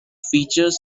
features